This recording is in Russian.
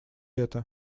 это